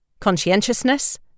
conscientiousness